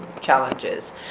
challenges